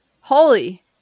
Holy